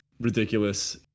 ridiculous